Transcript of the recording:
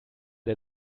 der